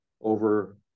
over